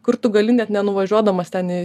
kur tu gali net nenuvažiuodamas ten